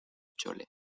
chole